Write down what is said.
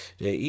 de